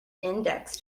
index